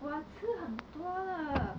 我吃很多了